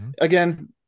again